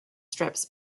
strips